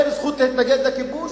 אין זכות להתנגד לכיבוש?